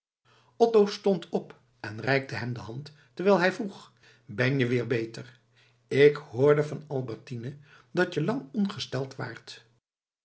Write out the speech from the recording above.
otto stond op en reikte hem de hand terwijl hij vroeg ben je weer beter ik hoorde van albertine dat je lang ongesteld waart